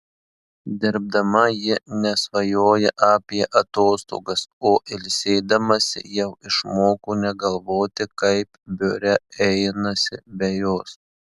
dirbdama ji nesvajoja apie atostogas o ilsėdamasi jau išmoko negalvoti kaip biure einasi be jos